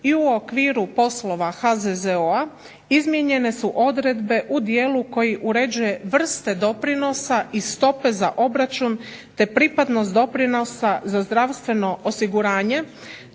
i u okviru poslova HZZO-a izmijenjene su odredbe u dijelu koji uređuje vrste doprinosa i stope za obračun te pripadnost doprinosa za zdravstveno osiguranje